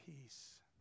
peace